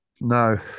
No